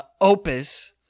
opus